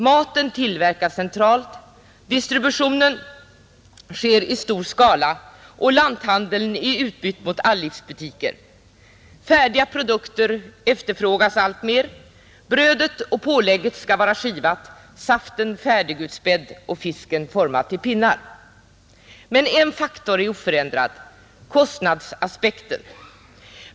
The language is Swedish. Maten tillverkas centralt, distributionen sker i stor skala, och lanthandeln är utbytt mot all-livsbutiker. Färdiga produkter efterfrågas alltmer, brödet och pålägget skall vara skivat, saften färdigutspädd och fisken formad till pinnar. Men en faktor är oförändrad — kostnadsaspekten.